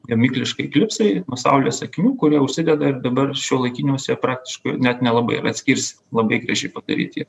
gamykliškai klipsai nuo saulės akinių kurie užsideda ir dabar šiuolaikiniuose praktiškai net nelabai ir atskirsi labai gražiai padaryti